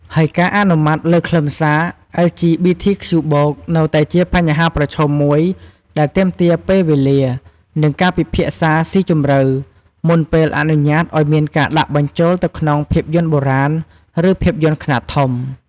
ហើយការអនុម័តលើខ្លឹមសារ អិល ជី ប៊ី ធី ខ្ជូ បូក (LGBTQ+) នៅតែជាបញ្ហាប្រឈមមួយដែលទាមទារពេលវេលា និងការពិភាក្សាស៊ីជម្រៅ មុនពេលអនុញ្ញាតឲ្យមានការដាក់បញ្ចូលទៅក្នុងភាពយន្ដបុរាណ ឬភាពយន្ដខ្នាតធំ។